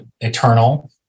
eternal